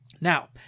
Now